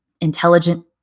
intelligent